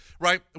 right